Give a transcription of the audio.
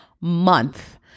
month